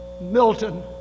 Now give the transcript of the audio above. Milton